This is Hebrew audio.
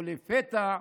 / ולפתע,